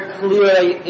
clearly